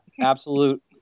absolute